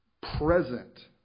present